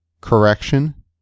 correction